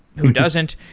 who doesn't?